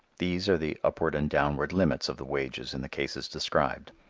these are the upward and downward limits of the wages in the cases described.